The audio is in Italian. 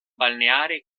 balneare